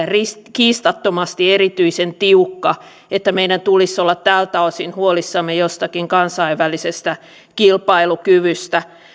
kiistattomasti erityisen tiukka että meidän tulisi olla tältä osin huolissamme jostakin kansainvälisestä kilpailukyvystä